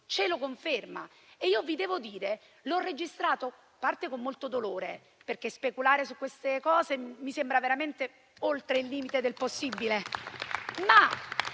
confermato. Vi devo dire che l'ho registrato innanzitutto con molto dolore, perché speculare su queste cose mi sembra veramente oltre il limite del possibile